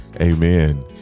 amen